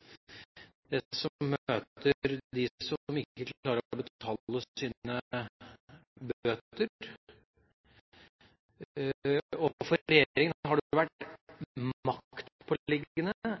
Dette er en viktig dag, for vi vedtar på mange måter et alternativ til mye av det som møter dem som ikke klarer å betale sine bøter. For regjeringen har det vært maktpåliggende